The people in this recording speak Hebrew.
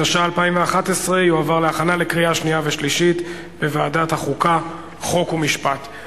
התשע"א 2011, לוועדת החוקה, חוק ומשפט נתקבלה.